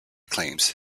claims